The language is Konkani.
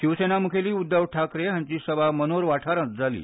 शिवसेना मुखेली उद्धव ठाकरे हांची सभा मनोर वाठारांत जाली